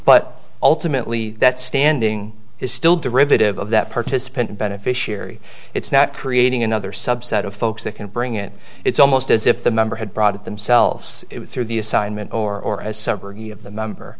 but ultimately that standing is still derivative of that participant beneficiary it's not creating another subset of folks that can bring it it's almost as if the member had brought it themselves through the assignment or as several of the member